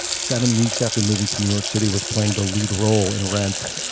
seven weeks after moving to new york city was playing the lead role in rent.